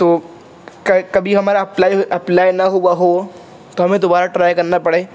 تو کبھی ہمارا اپلائی نہ ہوا ہو تو ہمیں دوبارہ ٹرائی کرنا پڑے